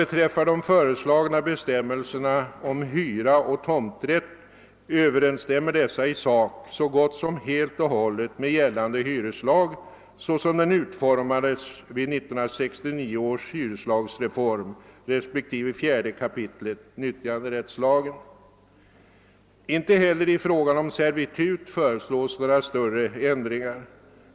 Vad beträffar de föreslagna bestämmelserna om hyra och tomträtt överensstämmer dessa i sak så gott som helt och hållet med gällande hyreslag såsom denna utformades vid 1969 års hyreslagsreform respektive i 4 kap. nyttjanderättslagen. Inte heller i fråga om servitut föreslås några större ändringar.